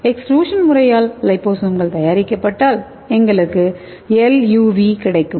extrusion முறையால் லிபோசோம்கள் தயாரிக்கப்பட்டால் எங்களுக்கு எல்யூவி கிடைக்கும்